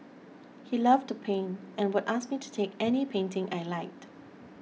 he loved to paint and would ask me to take any painting I liked